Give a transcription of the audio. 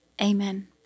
Amen